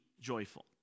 joyful